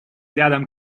рядом